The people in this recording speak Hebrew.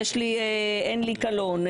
אין לי קלון,